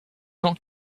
not